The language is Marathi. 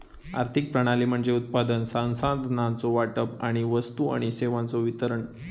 आर्थिक प्रणाली म्हणजे उत्पादन, संसाधनांचो वाटप आणि वस्तू आणि सेवांचो वितरण